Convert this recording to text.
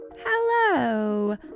Hello